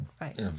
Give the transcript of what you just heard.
Right